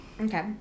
Okay